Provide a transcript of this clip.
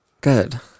Good